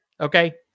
Okay